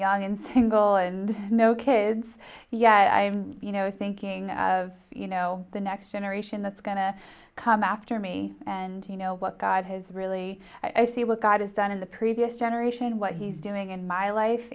young and single and no kids yet i'm you know thinking of you know the next generation that's going to come after me and you know what god has really i see what god is done in the previous generation what he's doing in my life